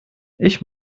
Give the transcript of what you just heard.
ich